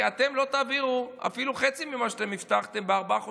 כי אתם לא תעבירו אפילו חצי ממה שאתם הבטחתם בארבעה חודשים.